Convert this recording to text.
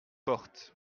porte